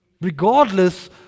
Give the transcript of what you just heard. Regardless